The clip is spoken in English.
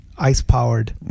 ice-powered